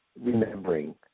remembering